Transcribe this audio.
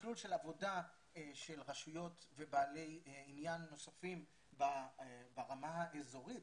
לתכלול של עבודה של רשויות ובעלי עניין נוספים ברמה האזורית,